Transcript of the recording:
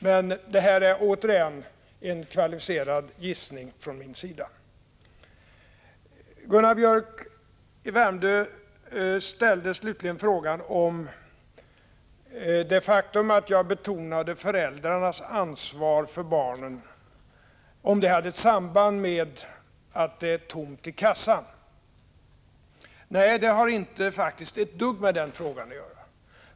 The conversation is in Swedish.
Men detta är återigen en kvalificerad gissning från min sida. Gunnar Biörck ställde slutligen frågan om det faktum att jag betonade föräldrarnas ansvar för barnen hade ett samband med att det är tomt i kassan. Nej, det har faktiskt inte ett dugg med den saken att göra.